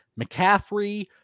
McCaffrey